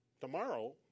Tomorrow